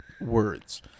words